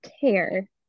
care